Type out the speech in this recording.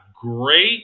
great